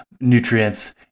nutrients